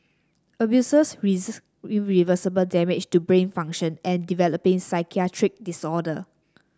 abusers irreversible damage to brain function and developing psychiatric disorder